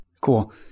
Cool